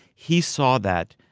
he saw that,